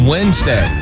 Wednesday